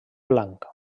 blanc